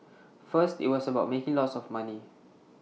first IT was about making lots of money